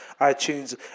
iTunes